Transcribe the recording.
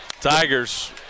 Tigers